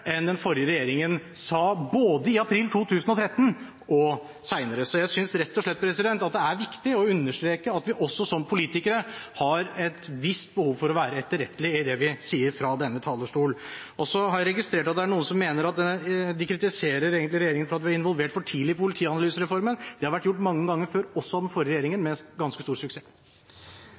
enn den forrige regjeringen sa både i april 2013 og senere. Jeg synes rett og slett at det er viktig å understreke at vi som politikere har et visst behov for å være etterrettelig i det vi sier fra denne talerstol. Så har jeg registrert at noen kritiserer regjeringen for at vi har involvert for tidlig i politianalysereformen. Det har vært gjort mange ganger før, også av den forrige regjeringen, med ganske stor suksess.